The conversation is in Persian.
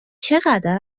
چقدر